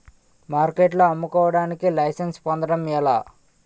మార్కెట్లో అమ్ముకోడానికి లైసెన్స్ పొందడం ఎలా?